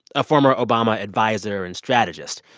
a former obama adviser and strategist.